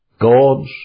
God's